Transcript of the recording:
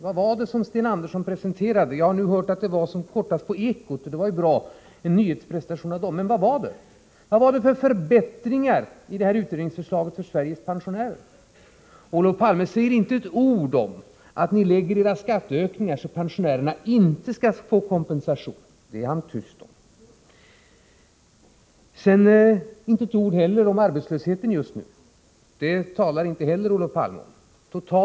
Vad var det som Sten Andersson presenterade? Jag har nu hört som kortast på Ekot, och det var ju en bra nyhetsprestätion av Ekoredaktionen. Men vilka förbättringar för Sveriges pensionärer var det i det här utredningsförslaget? Olof Palme säger inte ett ord om att ni lägger era skatteökningar så att pensionärerna inte skall få kompensation. Arbetslösheten just nu talar inte heller Olof Palme om.